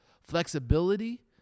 flexibility